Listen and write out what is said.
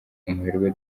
umuherwe